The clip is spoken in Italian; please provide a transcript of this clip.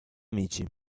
amici